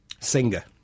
Singer